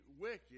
wicked